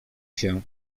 się